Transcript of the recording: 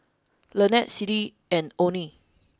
Lynette Siddie and Oney